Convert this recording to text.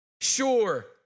Sure